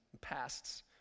pasts